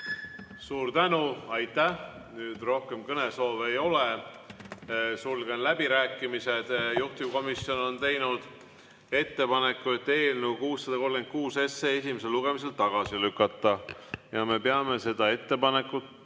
Suur tänu! Aitäh! Rohkem kõnesoove ei ole. Sulgen läbirääkimised. Juhtivkomisjon on teinud ettepaneku eelnõu 636 esimesel lugemisel tagasi lükata. Me peame seda ettepanekut